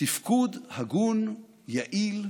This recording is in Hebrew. תפקוד הגון, יעיל,